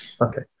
Okay